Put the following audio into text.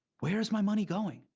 where is my money going?